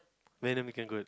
Venom became good